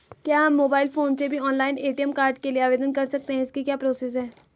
क्या हम mobile phone से भी ऑनलाइन ए.टी.एम कार्ड के लिए आवेदन कर सकते हैं इसकी क्या प्रोसेस है?